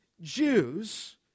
Jews